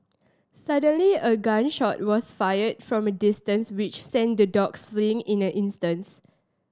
suddenly a gun shot was fired from a distance which sent the dogs fleeing in an instance